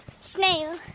snail